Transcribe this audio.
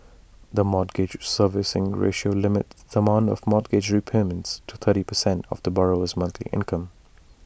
the mortgage servicing ratio limits the amount for mortgage repayments to thirty percent of the borrower's monthly income